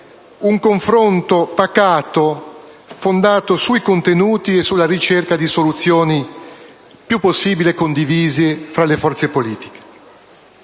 un confronto pacato, fondato sui contenuti e sulla ricerca di soluzioni il più possibile condivise tra le forze politiche.